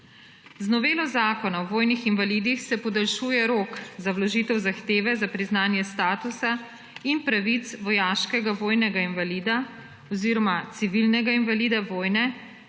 Z novelo Zakona o vojnih invalidih se podaljšuje rok za vložitev zahteve za priznanje statusa in pravic vojaškega vojnega invalida oziroma civilnega invalida vojne